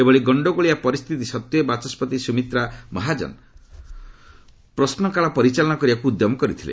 ଏଭଳି ଗଣ୍ଡଗୋଳିଆ ପରିସ୍ଥିତି ସତ୍ତ୍ୱେ ବାଚସ୍କତି ସୁମିତ୍ରା ମହାଜନ ପ୍ରଶ୍ନକାଳ ପରିଚାଳନା କରିବାକୁ ଉଦ୍ୟମ କରିଥିଲେ